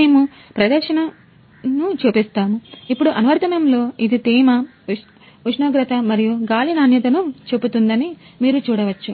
మేము ప్రదర్శన మీరు చూడవచ్చు